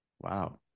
wow